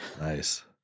Nice